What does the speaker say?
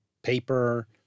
paper